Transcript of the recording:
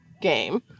game